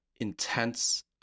Intense